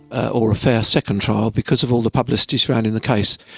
ah or a fair second trial, because of all the publicity surrounding the case.